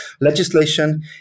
legislation